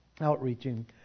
outreaching